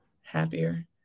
happier